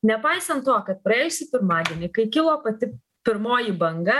nepaisant to kad praėjusį pirmadienį kai kilo pati pirmoji banga